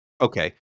okay